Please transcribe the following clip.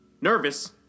Nervous